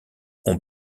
ont